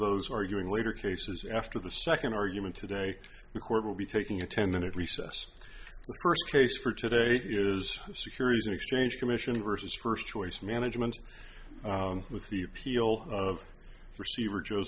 those arguing later cases after the second argument today the court will be taking a ten minute recess first case for today is the securities and exchange commission versus first choice management with the appeal of receiver jo